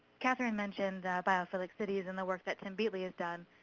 catherine mentioned biophilic cities, and the work that tim beatley has done.